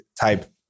type